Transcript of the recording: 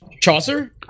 Chaucer